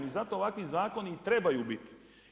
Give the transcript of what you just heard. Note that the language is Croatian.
I zato ovakvi zakoni trebaju biti.